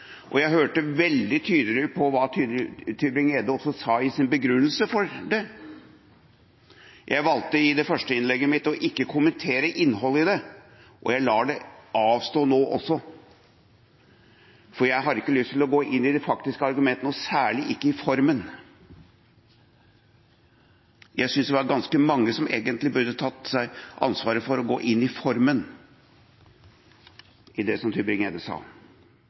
klart. Jeg hørte veldig tydelig på hva Tybring-Gjedde også sa i sin begrunnelse for det. Jeg valgte i det første innlegget mitt ikke å kommentere innholdet i det, og jeg avstår nå også. For jeg har ikke lyst til å gå inn i de faktiske argumentene, og særlig ikke i formen. Jeg synes det var ganske mange som egentlig burde tatt ansvaret for å gå inn i formen til det Tybring-Gjedde sa. Jeg fikk i alle fall ingen god følelse, og jeg tror ikke det